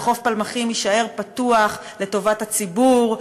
וחוף פלמחים יישאר פתוח לטובת הציבור,